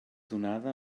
donada